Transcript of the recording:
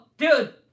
Dude